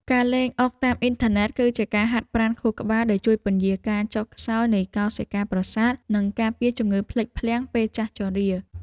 ការលេងអុកតាមអ៊ីនធឺណិតគឺជាការហាត់ប្រាណខួរក្បាលដែលជួយពន្យារការចុះខ្សោយនៃកោសិកាប្រសាទនិងការពារជំងឺភ្លេចភ្លាំងពេលចាស់ជរា។